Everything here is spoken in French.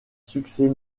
succès